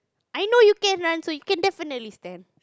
I know you can run so you can definitely stand